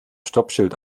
stoppschild